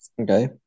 Okay